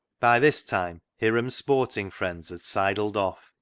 by this time hiram's sporting friends had sidled off,